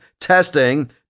testing